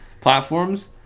platforms